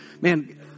man